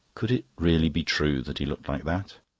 could it really be true that he looked like that?